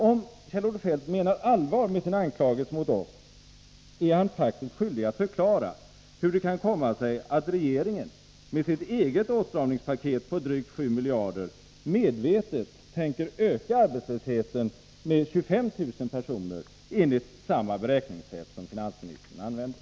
Om Kjell-Olof Feldt menar allvar med sina anklagelser mot oss är han faktiskt skyldig att förklara, hur det kan komma sig att regeringen genom sitt eget åtstramningspaket, omfattande drygt 7 miljarder, medvetet tänker öka arbetslösheten med 25 000 personer — enligt det beräkningssätt som finansministern använder.